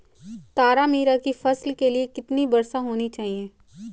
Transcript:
तारामीरा की फसल के लिए कितनी वर्षा होनी चाहिए?